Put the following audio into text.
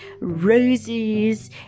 roses